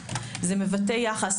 יחס.